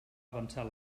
avançar